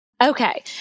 Okay